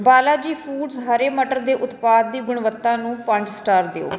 Balaji foods ਹਰੇ ਮਟਰ ਦੇ ਉਤਪਾਦ ਦੀ ਗੁਣਵੱਤਾ ਨੂੰ ਪੰਜ ਸਟਾਰ ਦਿਓ